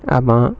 ஆமா:aamaa